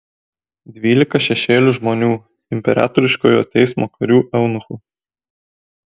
dvylika šešėlių žmonių imperatoriškojo teismo karių eunuchų